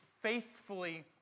faithfully